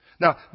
Now